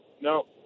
No